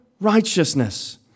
righteousness